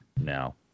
now